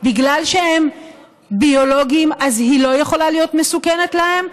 בגלל שהם ביולוגיים אז היא לא יכולה להיות מסוכנת להם?